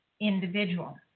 individual